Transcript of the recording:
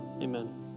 amen